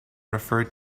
referred